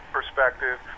perspective